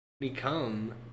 Become